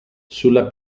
sulla